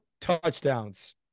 touchdowns